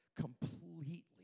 completely